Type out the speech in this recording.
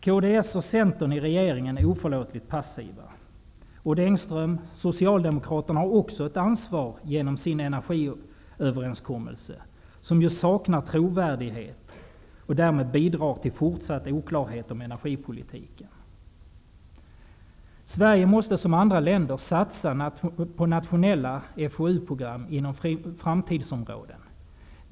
Kds och Centern är oförlåtligt passiva i regeringen. Odd Engström -- Socialdemokraterna har också ett ansvar genom sin energiöverenskommelse, som saknar trovärdighet och därmed bidrar till fortsatt oklarhet om energipolitiken. Sverige måste som andra länder satsa på nationella FoU-program inom framtidsområden.